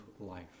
life